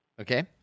okay